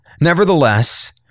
Nevertheless